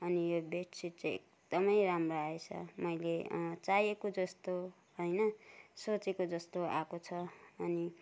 अनि यो बेडसिट चाहिँ एकदमै राम्रो आएछ मैले चाहेको जस्तो होइन सोचेको जस्तो आएको छ अनि